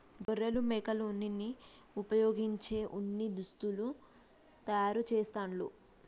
గొర్రెలు మేకల ఉన్నిని వుపయోగించి ఉన్ని దుస్తులు తయారు చేస్తాండ్లు